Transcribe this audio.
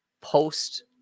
post